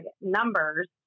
numbers